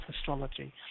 astrology